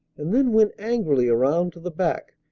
and then went angrily around to the back,